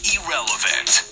Irrelevant